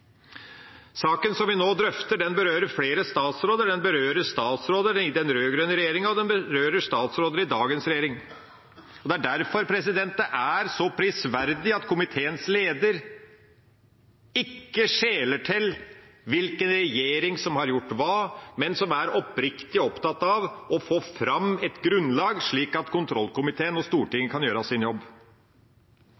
vi nå drøfter, berører flere statsråder. Den berører statsråder i den rød-grønne regjeringa, og den berører statsråder i dagens regjering. Det er derfor det er så prisverdig at komiteens leder ikke skjeler til hvilken regjering som har gjort hva, men som er oppriktig opptatt av å få fram et grunnlag slik at kontroll- og konstitusjonskomiteen og Stortinget kan gjøre sin jobb.